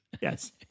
Yes